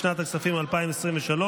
לשנת הכספים 2023,